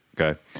okay